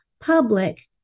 public